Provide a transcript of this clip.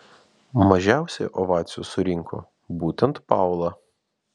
mažiausiai ovacijų surinko būtent paula